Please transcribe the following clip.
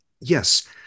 Yes